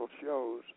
shows